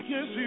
Yes